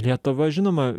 lietuva žinoma